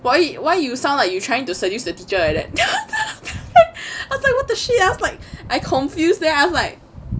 why you why you sound like you're trying to seduce the teacher like that I was like what the shit I was like I confused leh I was like